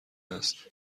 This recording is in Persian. است